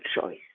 choice